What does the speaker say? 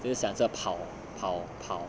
就想着跑跑跑